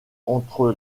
entre